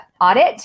audit